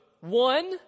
one